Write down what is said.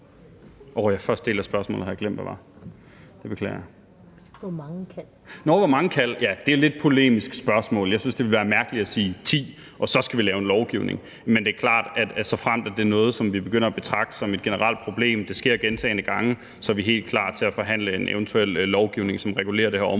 Nå ja, det er et lidt polemisk spørgsmål. Jeg synes, det ville være mærkeligt at sige ti, og så skal vi lave en lovgivning. Men det er klart, at såfremt det er noget, som vi begynder at betragte som et generelt problem, og det sker gentagne gange, så er vi helt klar til at forhandle en eventuel lovgivning, som regulerer det her område,